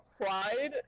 pride